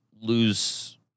lose